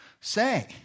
say